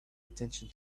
attention